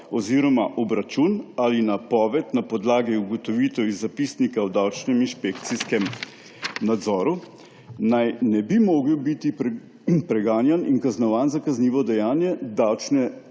oziroma obračun ali napoved na podlagi ugotovitev iz zapisnika o davčnem inšpekcijskem nadzoru, naj ne bi mogel biti preganjan in kaznovan za kaznivo dejanje davčne